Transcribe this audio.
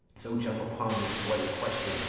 so jump upon this bloody question,